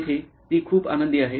येथे ती खूप आनंदी आहे